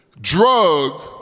Drug